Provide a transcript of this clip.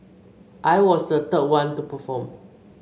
I was the third one to perform